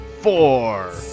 Four